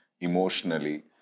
emotionally